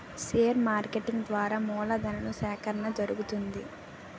share marketing ద్వారా మూలధను సేకరణ జరుగుతుంది